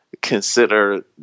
consider